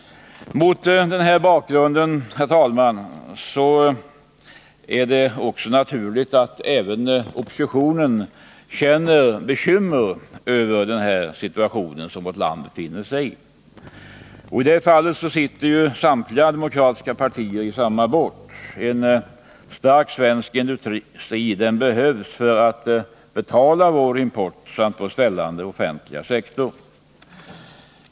Mot denna bakgrund är det, herr talman, också naturligt att oppositionen känner bekymmer över den situation som vårt land befinner sig i. I det fallet sitter samtliga demokratiska partier i samma båt. En stark svensk industri behövs för att betala vår import samt vår svällande offentliga sektor.